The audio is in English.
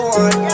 one